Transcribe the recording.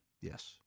Yes